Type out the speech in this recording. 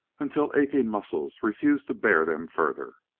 until aching muscles refused to bear them further.